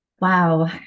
Wow